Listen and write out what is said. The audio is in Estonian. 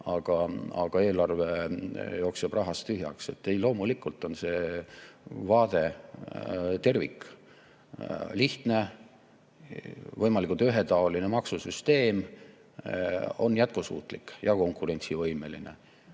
aga eelarve jookseb rahast tühjaks. Ei, loomulikult on see vaade tervik. Lihtne, võimalikult ühetaoline maksusüsteem on jätkusuutlik ja konkurentsivõimeline.